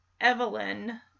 Evelyn